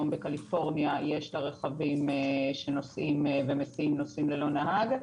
בקליפורניה שיש לה שם כבר רכבים שנוסעים ומסיעים נוסעים ללא נהג.